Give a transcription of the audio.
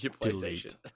delete